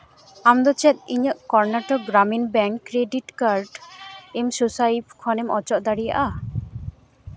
ᱟᱢᱫᱚ ᱪᱮᱫ ᱤᱧᱟᱹᱜ Karnataka Gramin bank credit card ᱮᱢᱥᱳᱥᱟᱭᱤᱯ ᱠᱷᱚᱱᱮᱢ ᱚᱪᱚᱜ ᱫᱟᱲᱮᱭᱟᱜᱼᱟ